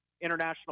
international